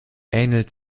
ähnelt